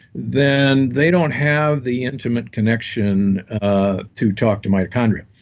then they don't have the intimate connection ah to talk to mitochondria.